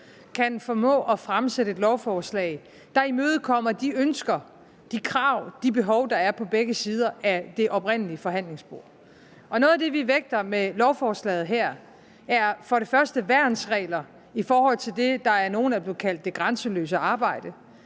kan formå at fremsætte et lovforslag, der imødekommer de ønsker, de krav, de behov, der oprindelig var på begge sider af forhandlingsbordet. Noget af det, vi vægter med lovforslaget her, er for det første værnsregler i forhold til det, der af nogle er blevet kaldt det grænseløse arbejde.